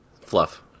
Fluff